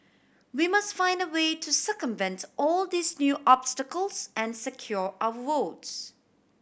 we must find a way to circumvent all these new obstacles and secure our votes